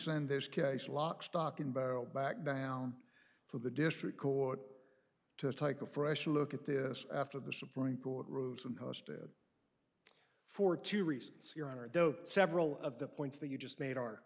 send this case lock stock and barrel back down to the district court to take a fresh look at this after the supreme court rules and posted for two reasons your honor though several of the points that you just made are